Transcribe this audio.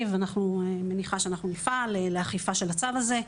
אני מניחה שאנחנו נפעל לאכיפה של הצו הזה,